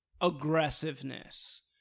aggressiveness